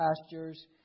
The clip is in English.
pastures